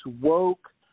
woke